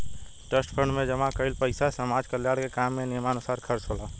trust fund में जमा कईल पइसा समाज कल्याण के काम में नियमानुसार खर्चा होला